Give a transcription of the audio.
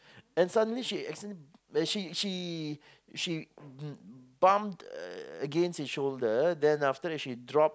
and suddenly she accidentally she she she bumped uh against his shoulder then after that she dropped